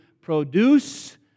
produce